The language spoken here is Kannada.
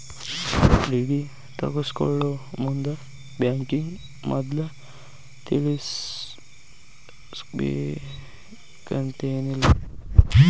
ಡಿ.ಡಿ ತಗ್ಸ್ಕೊಳೊಮುಂದ್ ಬ್ಯಾಂಕಿಗೆ ಮದ್ಲ ತಿಳಿಸಿರ್ಬೆಕಂತೇನಿಲ್ಲಾ